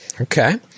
Okay